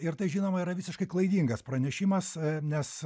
ir tai žinoma yra visiškai klaidingas pranešimas nes